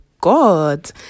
God